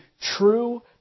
true